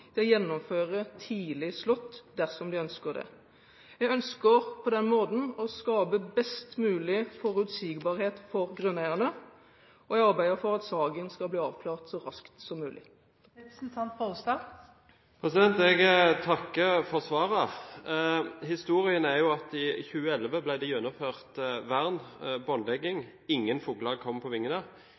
tidlig slått dersom de ønsker det. Jeg ønsker på den måten å skape best mulig forutsigbarhet for grunneierne. Jeg arbeider for at saken skal bli avklart så raskt som mulig. Jeg takker for svaret. Historien er jo at i 2011 ble det gjennomført vern, båndlegging – ingen fugler kom på vingene.